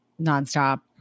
nonstop